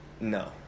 No